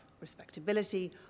respectability